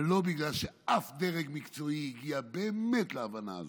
ולא בגלל ששום דרג מקצועי הגיע באמת להבנה הזאת,